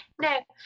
No